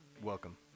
welcome